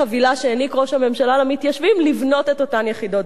שהעניק ראש הממשלה למתיישבים לבנות את אותן יחידות דיור.